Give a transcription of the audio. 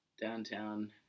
downtown